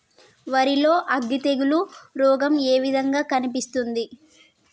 వరి లో అగ్గి తెగులు రోగం ఏ విధంగా కనిపిస్తుంది?